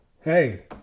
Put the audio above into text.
Hey